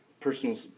personal